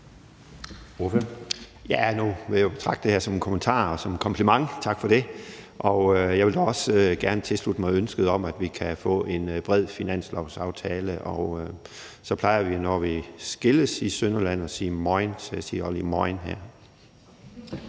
(M): Nu vil jeg betragte det her som en kommentar og som et kompliment – tak for det – og jeg vil da også godt tilslutte mig ønsket om, at vi kan få en bred finanslovsaftale. Og så plejer vi i Sønderjylland, når vi skilles, at sige mojn, så jeg siger også lige mojn her.